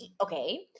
Okay